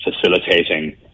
facilitating